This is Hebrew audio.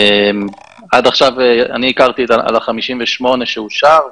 עד עכשיו אני הכרתי את ה-58 שאושר,